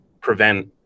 prevent